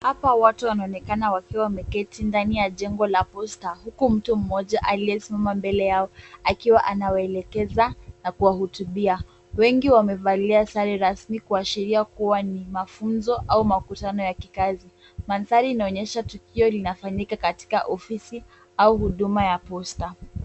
Hapa watu wanaonekana wakiwa wameketi kwenye jengo la posta huku mtu mmoja aliyesimama mbele yao akiwa anawaelekeza na kuwahutubia. Wengi wamevalia sare rasmi kuashiria kuwa ni mafunzo au makutano ya kikazi. Mandhari inaonyesha tukio linafanyika katika ofisi au huduma ya posta.